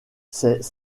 ses